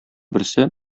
берсе